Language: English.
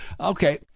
Okay